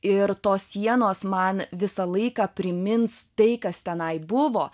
ir tos sienos man visą laiką primins tai kas tenai buvo